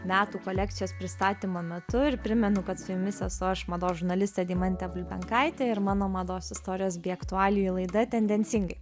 metų kolekcijos pristatymo metu ir primenu kad su jumis esu aš mados žurnalistė deimantė bulbenkaitė ir mano mados istorijos bei aktualijų laida tendencingai